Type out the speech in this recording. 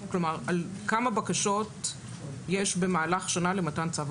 כמה בקשות יש במהלך שנה למתן צו הגנה?